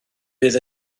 bydd